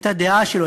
את הדעה שלו,